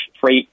freight